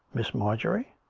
miss mar jorie